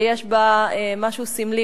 שיש בה משהו סמלי,